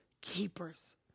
keepers